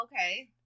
Okay